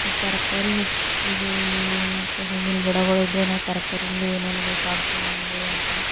ತರಕಾರಿ ಹಚ್ಚಿದ್ದೆವು ಮತ್ತೆ ಹೂವಿನ ಗಿಡಗಳ್ದೇನೆ ತರಕಾರಿಲ್ಲಿ ಏನೇನು ಬೇಕಾಗ್ತದೆ ನಮಗೆ ಅಂತಂದು